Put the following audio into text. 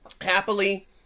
happily